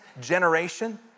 generation